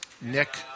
Nick